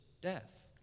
death